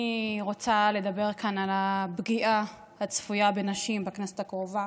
אני רוצה לדבר כאן על הפגיעה הצפויה בנשים בכנסת הקרובה,